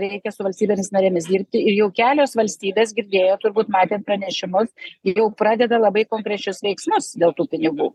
reikia su valstybėmis narėmis dirbti ir jau kelios valstybės girdėjo turbūt matė pranešimus ir jau pradeda labai konkrečius veiksmus dėl tų pinigų